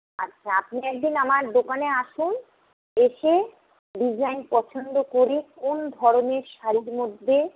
আচ্ছা আপনি একদিন আমার দোকানে আসুন এসে ডিজাইন পছন্দ করে কোন ধরনের শাড়ির মধ্যে